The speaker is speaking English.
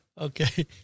Okay